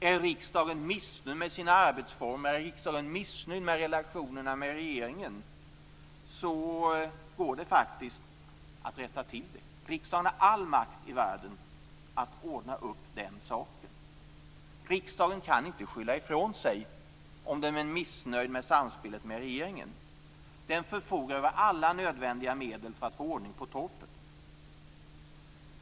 Är riksdagen missnöjd med sina arbetsformer och med relationerna till regeringen, går det faktiskt att rätta till det. Riksdagen har all makt i världen att ordna upp den saken. Riksdagen kan inte skylla ifrån sig om den är missnöjd med samspelet med regeringen. Den förfogar över alla nödvändiga medel för att få ordning på torpet.